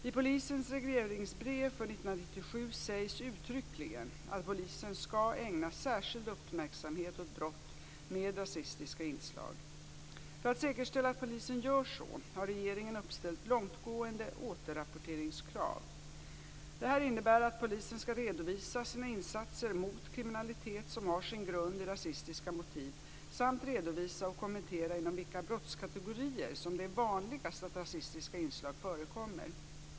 I polisens regleringsbrev för 1997 sägs uttryckligen att polisen skall ägna särskild uppmärksamhet åt brott med rasistiska inslag. För att säkerställa att polisen gör så, har regeringen uppställt långtgående återrapporteringskrav. Det innebär att polisen skall redovisa sina insatser mot kriminalitet som har sin grund i rasistiska motiv samt redovisa och kommentera inom vilka brottskategorier som det är vanligast att rasistiska inslag förekommer.